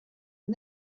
and